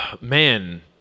man